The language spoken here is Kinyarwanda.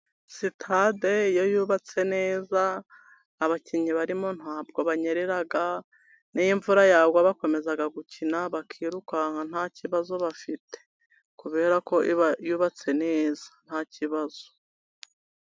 Sitade iyo yubatse neza, abakinnyi barimo nta bwo banyerera, n'iyo imvura yagwa bakomeza gukina, bakirukanka nta kibazo bafite, kubera ko iba yubatse neza nta kibazo.